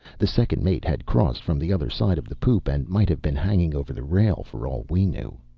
the second mate had crossed from the other side of the poop and might have been hanging over the rail for all we knew.